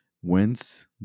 Whence